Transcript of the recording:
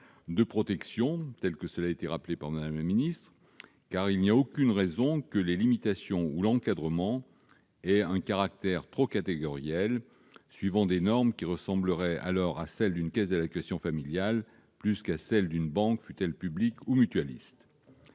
des protections rappelées par Mme la secrétaire d'État, car il n'y a aucune raison que les limitations ou l'encadrement aient un caractère catégoriel, suivant des normes qui ressembleraient plus à celles d'une caisse d'allocations familiales qu'à celles d'une banque, même publique ou mutualiste.